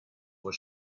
was